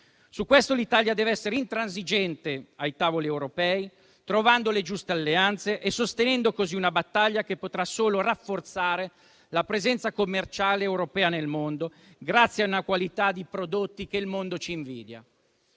Su questo l'Italia dev'essere intransigente ai tavoli europei, trovando le giuste alleanze e sostenendo così una battaglia che potrà solo rafforzare la presenza commerciale europea nel mondo, grazie a una qualità di prodotti che il mondo ci invidia.